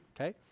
okay